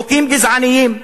חוקים גזעניים,